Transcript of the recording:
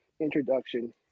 introduction